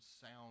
sound